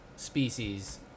species